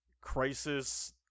crisis